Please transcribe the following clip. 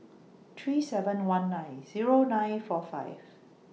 three seven one nine Zero nine four five